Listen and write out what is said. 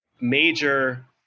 major